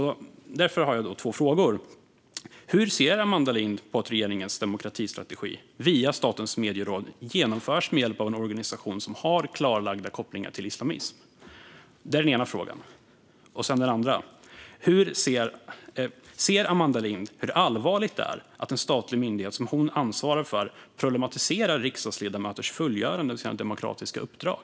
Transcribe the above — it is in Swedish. Därför har jag två frågor. Hur ser Amanda Lind på att regeringens demokratistrategi via Statens medieråd genomförs med hjälp av en organisation som har klarlagda kopplingar till islamism? Ser Amanda Lind hur allvarligt det är att en statlig myndighet som hon ansvarar för problematiserar riksdagsledamöters fullgörande av sina demokratiska uppdrag?